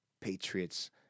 Patriots